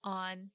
on